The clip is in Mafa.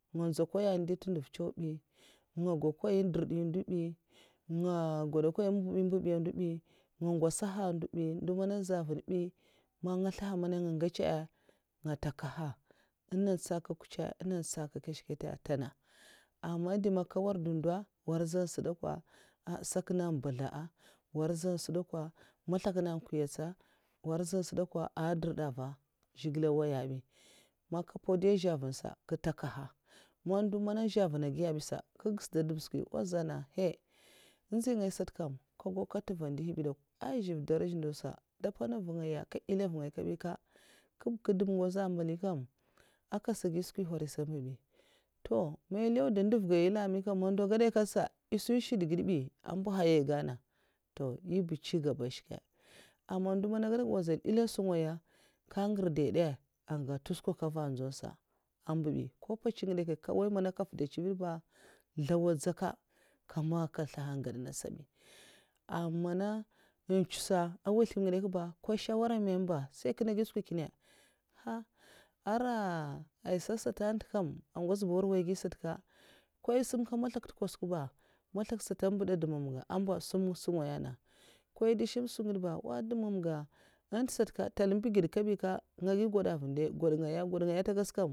Nga nzhokwaya ndu ndèv ncèw ɓi nga gokoy ndirdin ndu mbi'nga gwodkoy ambabi ambabi a ndo bi nga ngwusaha ndo bi ndu man a nza vinbi man slaha nga ngecha nga takahya ah nan ntsaka kutcha, nan ntsaka kutcha'ah nan ntseka kushkata ntana ah man dè man mga nwor ndo war zan sa dè kwa sak nènga èn bèsla war zan sa dè kwa maslak nènga èn nkwuiyatsa a war zan sa a'dirda mva zhigil ah nwoya bi man nka mpow dyi aza vunsa nka ntakaha man ndo man aza vunna viya bi sa nka gsè ndèb skwi wa zana heyy nzhingaya sat kam nka kagau kat ntuva nduhi bi dè kwa azivv darajan ndo sa dwo mpana nvu ngaya aka ndela nvungaya kabika kub nka dèm ngwoz amabli kam akasa gi skwi nhwari sa èh mba bi, to man eh nlèw da ndèv ga nyèna ni kam man ndo asa'gwaday katsa èsun shud'gèd bi an ambahyayah èh ganna to nyiba ncigaba shke aman man ndo mana ah gedak wa zan ndèl shungaya nga'ngèrdaidè anga ntsuh kaka va tsun nsa ambu bi ko mpece ngide nkey'nkeye nka nwoya mana nk nfwuda nchived ba zlew adzaka kamba aka slaha mana eh gadana sabi ama mana ncho sa agwaslèm ngide nkye 'nkye ba ko shawara meme ba saikèna gwi skwi nkèna ha ara aisa'sata nte kam an ngwaz buwar waigi satka ko eh sem kad maslak nte kwasuk ba maslak sata ambu da dhumamga amba sum sungaya na ko eh dwo syim skwingde ba. nwa dhumamga nte satka ntel um mbugedga kabi ka nga gui ngowda avan dai, gwod'ngaya gwod'ngaya nte'gadsa kam.